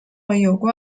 有关